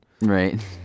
right